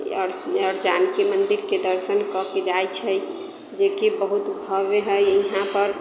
आओर आओर जानकी मन्दिरकेँ दर्शन कऽ के जाइत छै जेकि बहुत भव्य हइ इहाँ पर